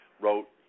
wrote